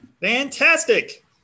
Fantastic